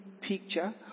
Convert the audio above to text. picture